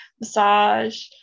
massage